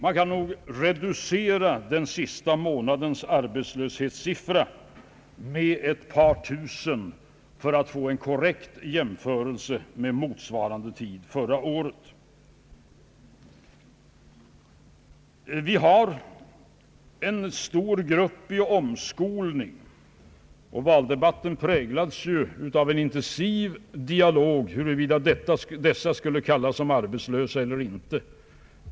Man kan nog reducera den sista månadens arbetslöshetssiffra med ett par tusen för att få en korrekt jämförelse med motsvarande uppgift förra året. Vi har en stor grupp människor i omskolning. Valdebatten präglades ju av en intensiv dialog om dessa skulle kallas arbetslösa eller inte.